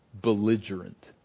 belligerent